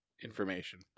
information